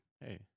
hey